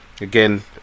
Again